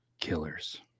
killers